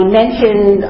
mentioned